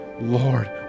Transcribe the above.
Lord